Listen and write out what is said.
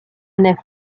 nef